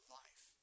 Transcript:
life